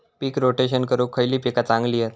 पीक rotation करूक खयली पीका चांगली हत?